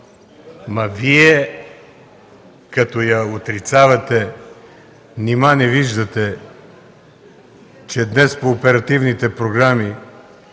Но Вие като я отрицавате, нима не виждате, че днес по оперативните програми